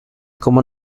como